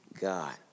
God